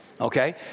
okay